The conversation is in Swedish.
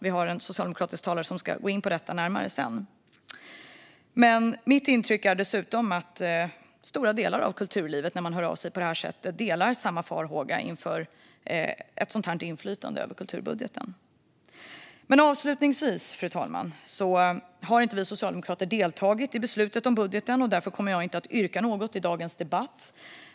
Vi har en socialdemokratisk talare som ska gå in närmare på detta sedan. Mitt intryck är dessutom att man i stora delar av kulturlivet, när man hör av sig på det här sättet, delar samma farhåga för ett sådant inflytande över kulturbudgeten. Avslutningsvis, fru talman, har vi socialdemokrater inte deltagit i beslutet om budgeten, och därför kommer jag inte att yrka något i dagens debatt.